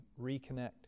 reconnect